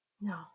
No